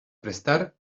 prestar